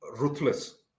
ruthless